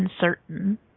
uncertain